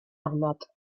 ormod